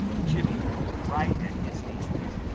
jimmy was right at his heels.